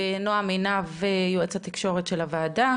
ונועם עינב יועץ התקשורת של הוועדה,